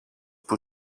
που